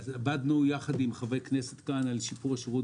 עבדנו יחד עם חברי הכנסת על שיפור השירות